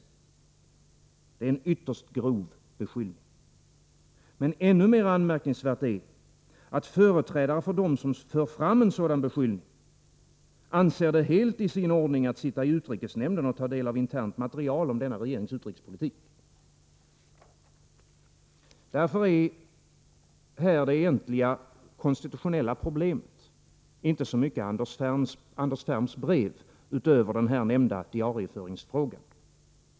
Det är en ytterst grov beskyllning. Men ännu mer anmärkningsvärt är att företrädare för dem som för fram en sådan beskyllning anser det helt i sin ordning att sitta i utrikesnämnden och ta del av internt material om denna regerings utrikespolitik. Därför är här det egentliga konstitutionella problemet inte så mycket Anders Ferms brev — utöver den nämnda diarieföringsfrågan.